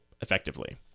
effectively